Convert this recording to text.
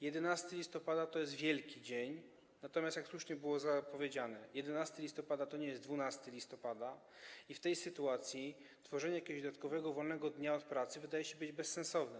11 listopada to jest wielki dzień, natomiast jak słusznie było powiedziane, 11 listopada to nie jest 12 listopada i w tej sytuacji tworzenie jakiegoś dodatkowego wolnego dnia od pracy wydaje się bezsensowne.